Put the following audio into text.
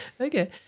Okay